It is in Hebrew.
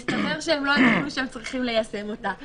מסתבר שהם לא הבינו שהם צריכים ליישם אותה,